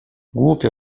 głupio